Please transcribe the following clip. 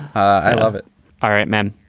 i love it all right, man.